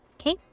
Okay